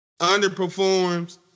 underperforms